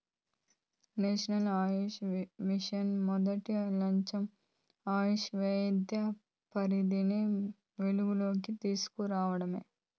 national AYUSH mission మొదటి లచ్చెం ఆయుష్ వైద్య పద్దతిని వెలుగులోనికి తీస్కు రావడమే